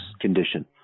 condition